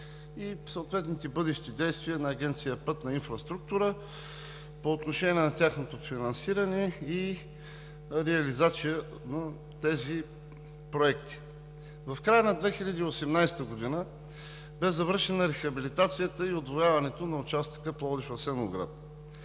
и съответните бъдещи действия на Агенция „Пътна инфраструктура“ по отношение на тяхното финансиране и реализация на тези проекти. В края на 2018 г. бе завършена рехабилитацията и удвояването на участъка Пловдив – Асеновград.